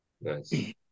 Nice